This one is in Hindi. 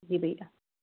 जी भैया